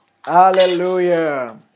Hallelujah